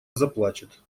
заплачет